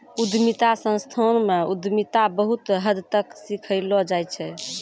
उद्यमिता संस्थान म उद्यमिता बहुत हद तक सिखैलो जाय छै